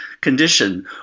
condition